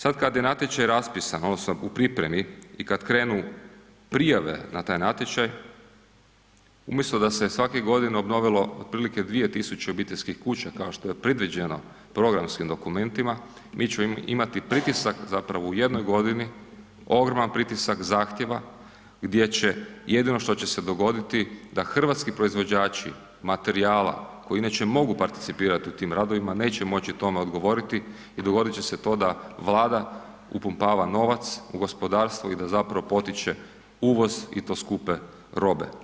Sad kad je natječaj raspisan odnosno u pripremi i kad krenu prijave na taj natječaj umjesto da se svake godine obnovilo otprilike 2000 obiteljskih kuća kao što je predviđeno programskim dokumentima, mi ćemo imati pritisak zapravo u jednoj godini, ogroman pritisak zahtjeva, gdje će jedino što će se dogoditi da hrvatski proizvođači materijala koji inače mogu participirat u tim radovima, neće moći tome odgovoriti i dogodit će se to da Vlada upumpava novac u gospodarstvo i da zapravo potiče uvoz i to skupe robe.